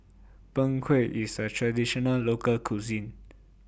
Png Kueh IS A Traditional Local Cuisine